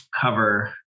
cover